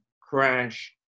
crash